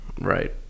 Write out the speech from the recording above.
right